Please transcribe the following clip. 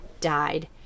died